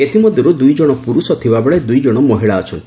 ଏଥିମଧ୍ୟରୁ ଦୁଇ ଜଣ ପୁରୁଷ ଥିବା ବେଳେ ଦୁଇ ଜଣ ମହିଳା ଅଛନ୍ତି